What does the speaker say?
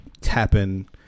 tapping